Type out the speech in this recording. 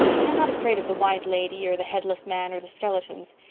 i'm not afraid of the white lady or the headless man or the skeletons,